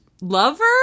lover